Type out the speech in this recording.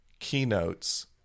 Keynotes